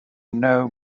know